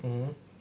mm